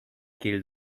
killed